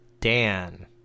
Dan